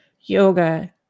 yoga